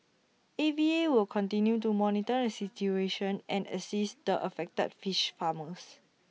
A V A will continue to monitor the situation and assist the affected fish farmers